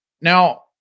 Now